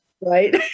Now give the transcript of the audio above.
Right